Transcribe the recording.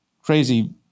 crazy